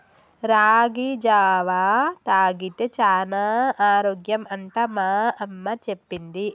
రాగి జావా తాగితే చానా ఆరోగ్యం అంట మా అమ్మ చెప్పింది